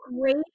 great